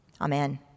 Amen